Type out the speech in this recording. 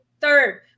third